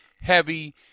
heavy